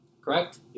Correct